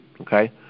okay